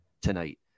tonight